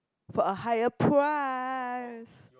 for a higher price